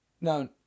No